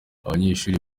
abanyeshuri